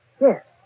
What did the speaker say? Yes